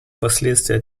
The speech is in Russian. последствия